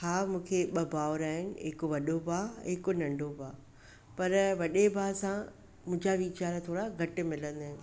हा मूंखे ॿ भावर आहिनि हिकु वॾो भाउ हिकु नंढो भाउ पर वॾे भाउ सां मुंहिंजा वीचार थोरा घटि मिलंदा आहिनि